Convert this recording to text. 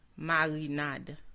marinade